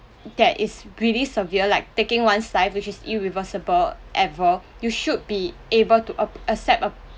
that is really severe like taking one's life which is irreversible ever you should be able to ab~ accept a~